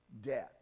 death